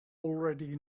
already